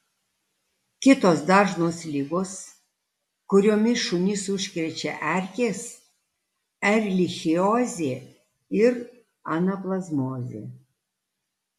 kitos dažnos ligos kuriomis šunis užkrečia erkės erlichiozė ir anaplazmozė